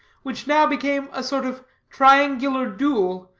which now became a sort of triangular duel,